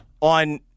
On